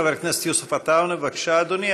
חבר הכנסת יוסף עטאונה, בבקשה, אדוני.